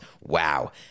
wow